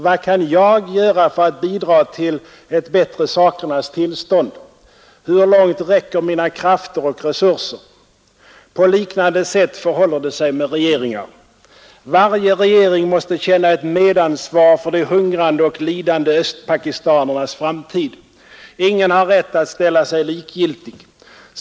Vad kan jag göra för att bidra till ett bättre sakernas tillstånd? Hur långt räcker mina krafter och resurser? På liknande sätt förhåller det sig med regeringar. Varje regering måste känna ett medansvar för de hungrande och lidande östpakistanernas framtid. Ingen har rätt att ställa sig likgiltig.